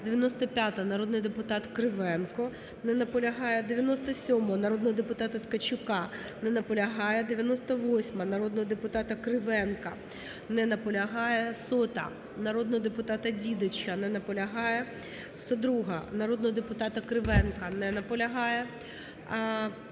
95-а, народний депутат Кривенко. Не наполягає. 97-а, народного депутата Ткачука. Не наполягає. 98-а, народного депутата Кривенка. Не наполягає. 100-а, народного депутата Дідича. Не наполягає. 102-а, народного депутата Кривенка. Не наполягає.